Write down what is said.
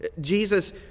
Jesus